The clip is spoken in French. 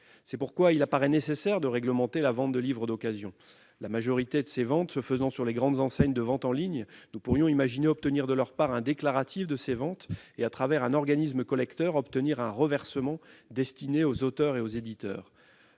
C'est pourquoi il semble nécessaire de réglementer la vente de livres d'occasion. La majorité de ces ventes se faisant sur les grandes enseignes de vente en ligne, nous pourrions imaginer obtenir de leur part un déclaratif de ces ventes et, à travers un organisme collecteur, obtenir un reversement destiné aux auteurs et aux éditeurs.